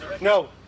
no